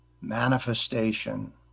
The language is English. manifestation